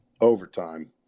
overtime